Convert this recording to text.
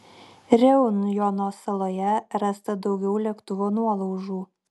reunjono saloje rasta daugiau lėktuvo nuolaužų